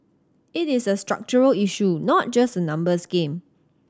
it is a structural issue not just a numbers game